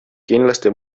kindlasti